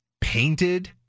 painted